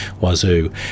Wazoo